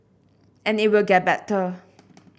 and it will get better